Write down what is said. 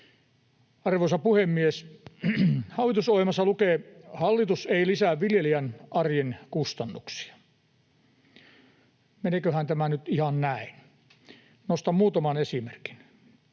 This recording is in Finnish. Arvoisa puhemies! Hallitusohjelmassa lukee: hallitus ei lisää viljelijän arjen kustannuksia. Meniköhän tämä nyt ihan näin? Nostan muutaman esimerkin.